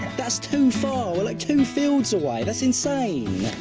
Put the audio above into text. that's too far! we're like two fields away! that's insane!